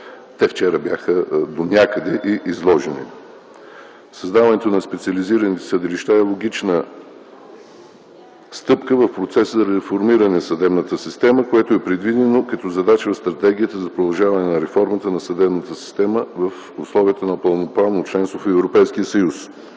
Те вчера донякъде бяха изложени. Създаването на специализирани съдилища е логична стъпка в процеса на реформиране на съдебната система, което е предвидено като задача в стратегията за продължаване на реформата на съдебната система в условията на пълноправно членство в